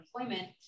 employment